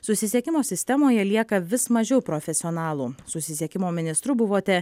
susisiekimo sistemoje lieka vis mažiau profesionalų susisiekimo ministru buvote